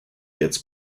gets